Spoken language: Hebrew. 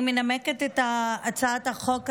אני מנמקת את הצעת החוק הזו,